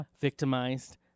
victimized